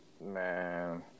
man